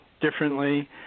differently